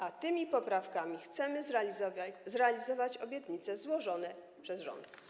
A tymi poprawkami chcemy pomóc zrealizować obietnice złożone przez rząd.